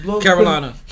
Carolina